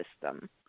system